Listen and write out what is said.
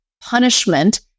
punishment